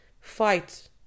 fight